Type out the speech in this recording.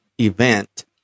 event